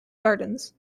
gardens